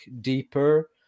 deeper